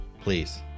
please